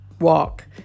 walk